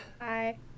Hi